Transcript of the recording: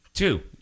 Two